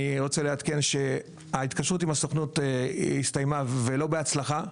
אני רוצה לעדכן שההתקשרות עם הסוכנות הסתיימה ולא בהצלחה,